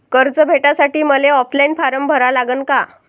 कर्ज भेटासाठी मले ऑफलाईन फारम भरा लागन का?